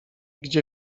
gdzie